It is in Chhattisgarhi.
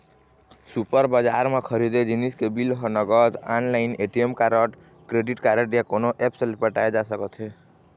सुपर बजार म खरीदे जिनिस के बिल ह नगद, online, ATM card, credit card या कोनो ऐप्स ले पटाए जा सकत हे